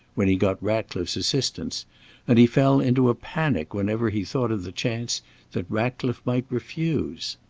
when he got ratcliffe's assistance and he fell into a panic whenever he thought of the chance that ratcliffe might refuse.